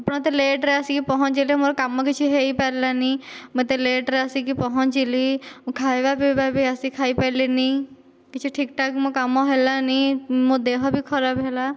ଆପଣ ତ ଲେଟରେ ଆସି ପହଞ୍ଚିଲେ ମୋର କାମ କିଛି ହୋଇପାରିଲାନି ମୁଁ ଏତେ ଲେଟରେ ଆସିକି ପହଞ୍ଚିଲି ମୁଁ ଖାଇବା ପିଇବା ବି ଆସିକି ଖାଇପାରିଲିନି କିଛି ଠିକଠାକ ମୋ କାମ ହେଲାନି ମୋ ଦେହ ବି ଖରାପ ହେଲା